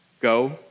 Go